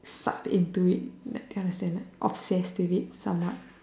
sucked into it that kind of thing like obsessed with it somewhat